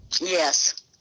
Yes